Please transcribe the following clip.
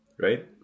right